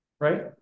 right